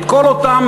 את כל אותם,